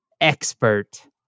expert